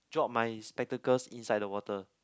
drop my spectacles inside the water